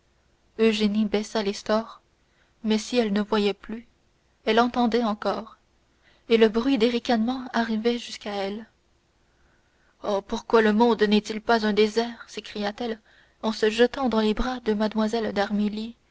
eugénie baissa les stores mais si elle ne voyait plus elle entendait encore et le bruit des ricanements arrivait jusqu'à elle oh pourquoi le monde n'est-il pas un désert s'écria-t-elle en se jetant dans les bras de